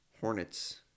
Hornets